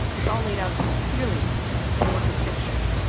it's all laid out most clearly in a work of fiction.